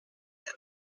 them